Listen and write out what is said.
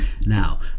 Now